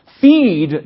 feed